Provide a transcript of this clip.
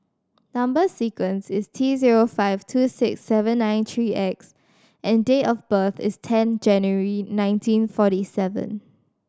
number sequence is T zero five two six seven nine three X and date of birth is ten January nineteen forty seven